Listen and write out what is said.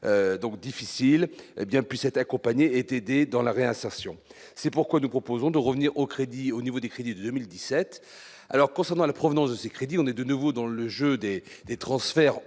donc difficile, hé bien puissent être accompagnés est aidé dans la réinsertion, c'est pourquoi nous proposons de revenir au crédit au niveau des crédits 2017 alors concernant la provenance de ces crédits, on est de nouveau dans le jeu des des transferts